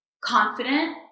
confident